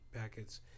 packets